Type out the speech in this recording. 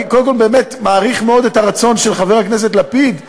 ואני קודם כול באמת מעריך מאוד את הרצון של חבר הכנסת לפיד לסייע,